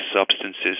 substances